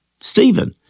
Stephen